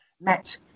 met